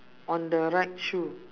on the right shoe